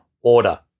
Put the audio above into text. order